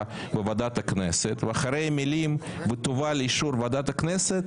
בוועדת הכנסת' ואחרי המילים 'תובא לאישור ועדת הכנסת'